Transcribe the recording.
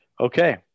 Okay